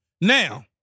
Now